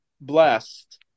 blessed